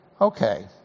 Okay